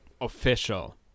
official